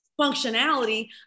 functionality